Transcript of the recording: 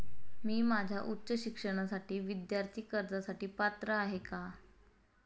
मी माझ्या उच्च शिक्षणासाठी विद्यार्थी कर्जासाठी पात्र आहे का?